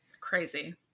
Crazy